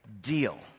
deal